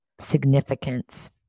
significance